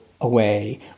away